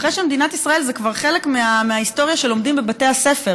אחרי שבמדינת ישראל זה כבר חלק מההיסטוריה שלומדים בבתי הספר,